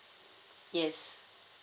yes